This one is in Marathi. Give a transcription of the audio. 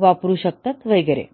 वापरू शकतात वगैरे